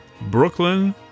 Brooklyn